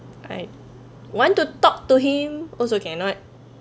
I want to talk to him also cannot